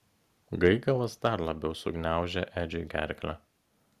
gaigalas dar labiau sugniaužė edžiui gerklę